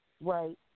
right